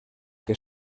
que